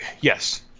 yes